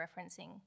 referencing